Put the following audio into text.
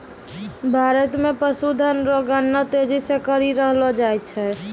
भारत मे पशुधन रो गणना तेजी से करी रहलो जाय छै